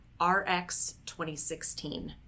rx2016